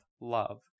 love